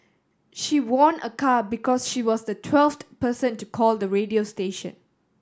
she won a car because she was the twelfth person to call the radio station